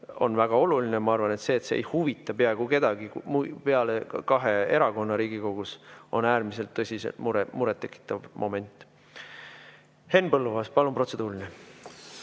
on väga oluline. Ma arvan, et see, et see ei huvita peaaegu kedagi peale kahe erakonna Riigikogus, on äärmiselt tõsine mure, muret tekitav moment. Henn Põlluaas, palun, protseduuriline!